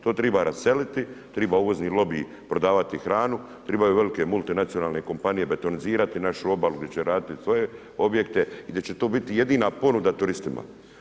To treba raseliti, treba uvozni lobi prodavati hranu, trebaju velike multinacionalne kompanije betonizirati našu obalu gdje će raditi svoje objekte i da će to biti jedina ponuda turistima.